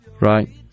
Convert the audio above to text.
right